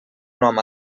nom